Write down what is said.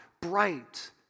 bright